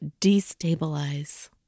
destabilize